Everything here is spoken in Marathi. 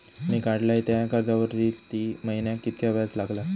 मी काडलय त्या कर्जावरती महिन्याक कीतक्या व्याज लागला?